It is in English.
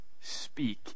speak